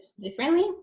differently